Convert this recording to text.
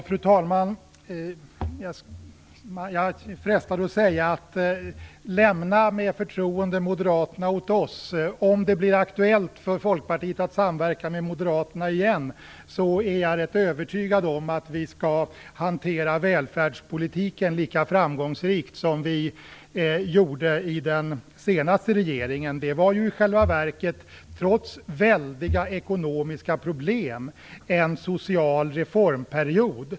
Fru talman! Jag är frestad att säga: Lämna med förtroende Moderaterna åt oss! Om det blir aktuellt för Folkpartiet att samverka med Moderaterna igen är jag rätt övertygad om att vi skall hantera välfärdspolitiken lika framgångsrikt som vi gjorde i den senaste regeringen. Det var ju i själva verket, trots väldiga ekonomiska problem, en social reformperiod.